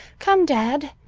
come, dad.